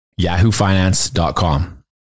yahoofinance.com